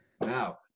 Now